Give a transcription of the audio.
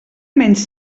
menys